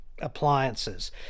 appliances